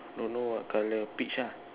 don't know what colour peach ah